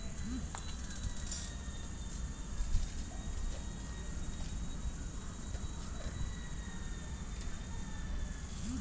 state bank of virtual card ಅನ್ನು electronic card ಅಥವಾ e card ಎಂದು ಕರೆಯುತ್ತಾರೆ